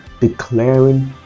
declaring